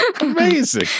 Amazing